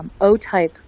O-type